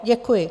Děkuji.